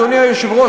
אדוני היושב-ראש,